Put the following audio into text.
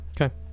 Okay